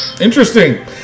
Interesting